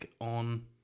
on